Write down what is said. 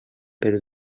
per